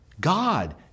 God